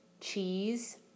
cheese